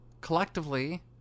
collectively